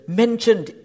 mentioned